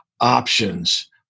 options